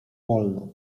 wolno